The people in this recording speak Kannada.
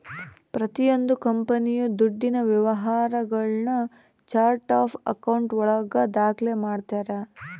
ಪ್ರತಿಯೊಂದು ಕಂಪನಿಯು ದುಡ್ಡಿನ ವ್ಯವಹಾರಗುಳ್ನ ಚಾರ್ಟ್ ಆಫ್ ಆಕೌಂಟ್ ಒಳಗ ದಾಖ್ಲೆ ಮಾಡ್ತಾರೆ